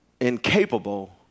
incapable